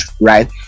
right